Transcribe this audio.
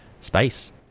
space